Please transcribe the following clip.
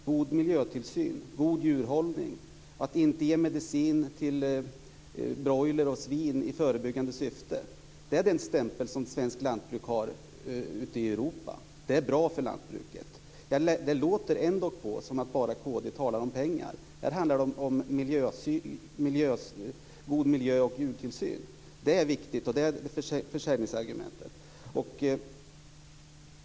Fru talman! Nu handlar det om god miljötillsyn, god djurhållning och att inte ge medicin till broilrar och svin i förebyggande syfte. Det är den stämpel som svenskt lantbruk har ute i Europa. Det är bra för lantbruket. Det låter ändå som om kd bara talar om pengar. Här handlar det om god miljö och djurtillsyn. Det är viktigt, och det är ett försäljningsargument.